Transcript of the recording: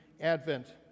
advent